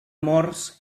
amors